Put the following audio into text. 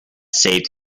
saved